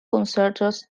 concertos